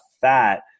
fat